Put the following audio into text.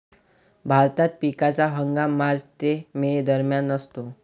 भारतात पिकाचा हंगाम मार्च ते मे दरम्यान असतो